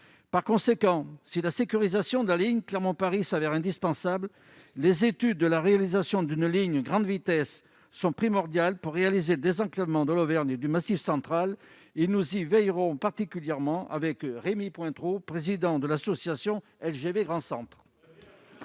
par conséquent, si la sécurisation de la ligne Clermont Paris s'avère indispensable, les études de la réalisation d'une ligne grande vitesse sont primordiales pour réaliser désenclavement de l'Auvergne et du Massif Central et nous y veillerons particulièrement avec Rémy Pointereau, président de l'association LGV grand centre.